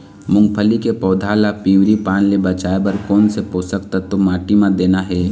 मुंगफली के पौधा ला पिवरी पान ले बचाए बर कोन से पोषक तत्व माटी म देना हे?